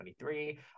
2023